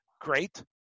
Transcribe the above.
great